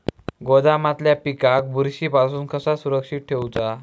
गोदामातल्या पिकाक बुरशी पासून कसा सुरक्षित ठेऊचा?